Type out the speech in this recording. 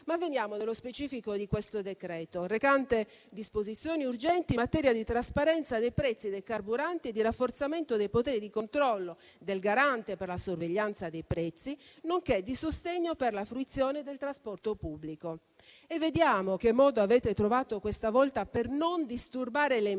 Ma veniamo allo specifico di questo decreto recante disposizioni urgenti in materia di trasparenza dei prezzi dei carburanti e di rafforzamento dei poteri di controllo del Garante per la sorveglianza dei prezzi, nonché di sostegno per la fruizione del trasporto pubblico e vediamo che modo avete trovato, questa volta, per non disturbare le imprese,